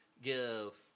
Give